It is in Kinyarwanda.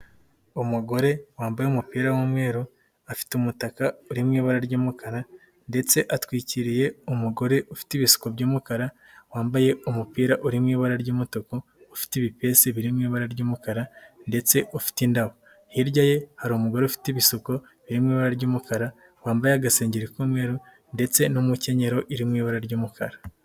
Umugore wambaye umupira w'umweru, afite umutaka uri mu ibara ry'umukara ndetse atwikiriye umugore ufite ibisuko by'umukara, wambaye umupira uri mu ibara ry'umutuku, ufite ibipesi biri mu ibara ry'umukara ndetse ufite indabo. Hirya ye hari umugore ufite ibishuko biri mu ibara ry'umukara, wambaye agasengeri k'umweru ndetse n'umukenyero iri mu ibara ry'umukara.